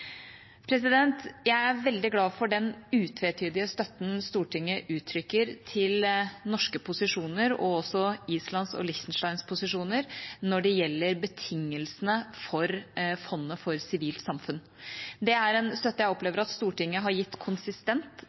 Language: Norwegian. Jeg er veldig glad for den utvetydige støtten Stortinget uttrykker til norske posisjoner – og også Islands og Liechtensteins posisjoner – når det gjelder betingelsene for fondet for sivilt samfunn. Det er en støtte jeg opplever at Stortinget har gitt konsistent,